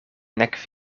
nek